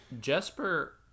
Jesper